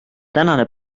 tänane